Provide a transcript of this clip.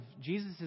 Jesus